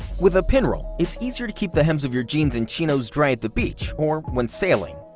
with a pinroll, it's easier to keep the hems of your jeans and chinos dry at the beach or when sailing.